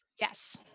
Yes